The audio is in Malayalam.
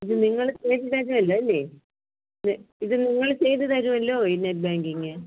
ഇത് നിങ്ങൾ ചെയ്ത് തരുവല്ലോ അല്ലേ ഇത് ഇത് നിങ്ങൾ ചെയ്ത് തരുവല്ലോ ഈ നെറ്റ് ബാങ്കിംഗ്